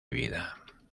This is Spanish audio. vida